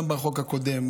גם בחוק הקודם,